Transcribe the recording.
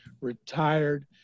retired